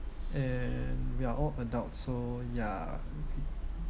and we are all adults so ya